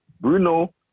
Bruno